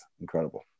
incredible